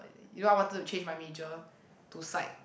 you know I wanted to change my major to psych